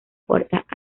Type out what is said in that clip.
puertas